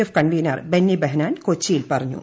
F convener Benny Behanan കൊച്ചിയിൽ പറഞ്ഞു